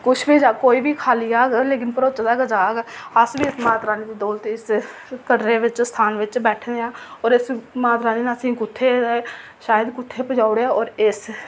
किश बी कोई बी खाल्ली जाह्ग लेकिन भरोचे दा जाह्ग अस माता रानी दी बदौलत इस कटरै बिच इस स्थान बिच बैठे दे आं और इस माता रानी नै असेंगी कुत्थै शैद कुत्थै पजाई ओड़ेआ होर इस